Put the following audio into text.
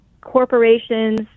corporations